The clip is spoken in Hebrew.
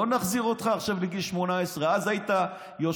לא נחזיר אותך עכשיו לגיל 18. אז היית יושב,